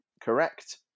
correct